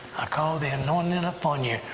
i call the anointing and upon you!